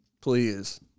please